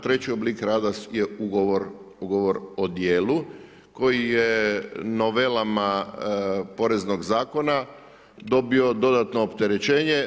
Treći oblik rada je ugovor o djelu koji je novelama Poreznog zakona dobio dodatno opterećenje.